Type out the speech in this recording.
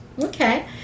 okay